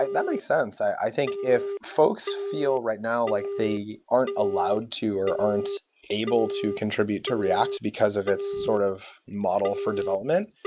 like that makes sense. i think if folks feel, right now, like they aren't allowed to or aren't able to contribute to react because of its sort of model for development,